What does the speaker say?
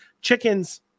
Chickens